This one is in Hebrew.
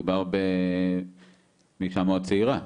מדובר באישה מאוד צעירה,